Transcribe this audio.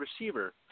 receiver